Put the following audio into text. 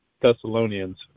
Thessalonians